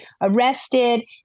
arrested